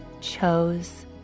chose